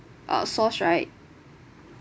uh sauce right